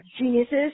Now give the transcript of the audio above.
geniuses